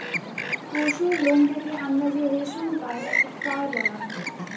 পশুর লোম থেকে যেই রেশম আমরা পাই তাকে ফার বলা হয়